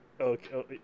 Okay